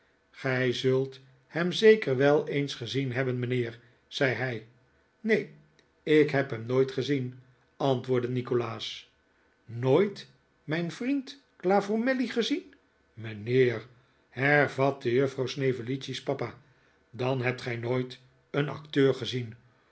gij zult hem zeker wel eens gezien hebben mijnheer zei hij neen ik neb hem nooit gezien antwoordde nikolaas nooit mijn vriend glavormelly gezien mijnheer hervatte juffrouw snevellicci's papa dan hebt gij nooit een acteur gezien